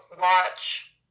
watch